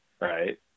right